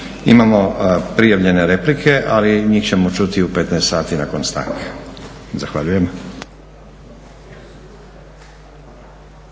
Imamo prijavljene replike, ali njih ćemo čuti u 15 sati nakon stanke. Zahvaljujem.